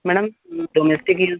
madam domestic use